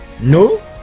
no